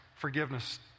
forgiveness